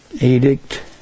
Edict